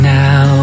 now